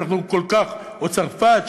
או צרפת,